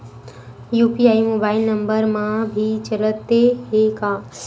UPI mobile number मा भी चलते हे का?